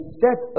set